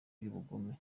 y’ubugome